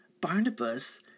Barnabas